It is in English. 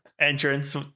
entrance